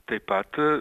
taip pat